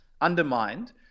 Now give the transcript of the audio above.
undermined